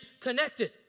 connected